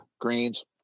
Greens